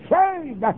saved